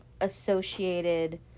associated